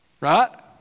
right